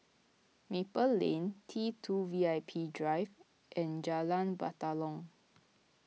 Maple Lane T two V I P Drive and Jalan Batalong